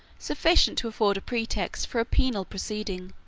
sufficient to afford a pretext for a penal proceeding,